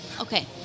Okay